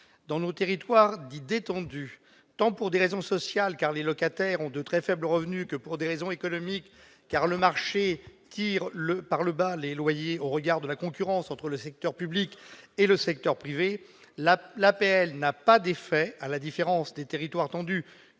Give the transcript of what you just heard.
Dans nos territoires dits détendus, pour des raisons tant sociales, les locataires ayant de très faibles revenus, qu'économiques- le marché tire vers le bas les loyers au regard de la concurrence entre le secteur public et le secteur privé -, l'APL n'a pas pour effet, à la différence des territoires tendus